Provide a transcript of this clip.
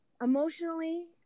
emotionally